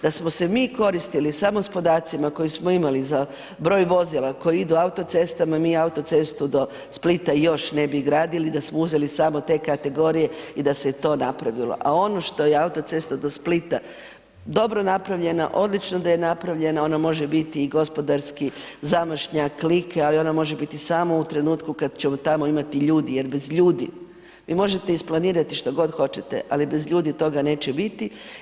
Da smo se mi koristili samo s podacima koje smo imali za broj vozila koji idu autocestama, mi autocestu do Splita još ne bi gradili da smo uzeli samo te kategorije i da se to napravilo, a ono što je autocesta do Splita dobro napravljena, odlično da je napravljena, ona može biti i gospodarski zamašnjak Like, ali ona može biti samo u trenutku kad ćemo tamo imati ljudi, jer bez ljudi vi možete isplanirati šta god hoćete, ali bez ljudi, toga neće biti.